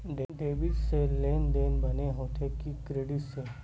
Debit से लेनदेन बने होथे कि क्रेडिट से?